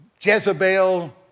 Jezebel